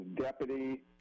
deputy